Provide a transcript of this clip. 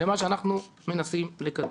למה שאנחנו מנסים לקדם.